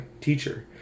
teacher